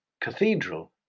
Cathedral